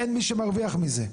אין מי שמרוויח מזה.